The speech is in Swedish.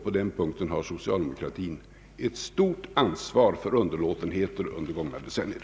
På den punkten har socialdemokratin ett stort ansvar för underlåtenheter under gångna decennier.